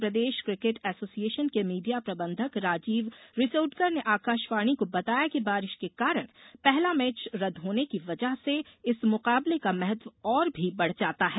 मध्य Pradesh cricket association के media प्रबंधक राजीव रिसोडकर ने आकाशवाणी को बताया कि बारिश के कारण पहला मैच रद्द होने की वजह इस मुकाबले का महत्व और भी बढ़ जाता है